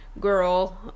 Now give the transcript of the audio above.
girl